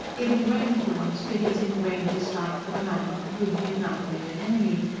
giving rein for once to his ingrained dislike for the man of whom he had now made an enemy.